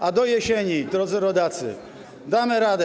A do jesieni, drodzy rodacy, damy radę.